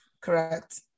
correct